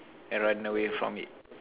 and run away from it